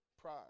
Pride